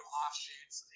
offshoots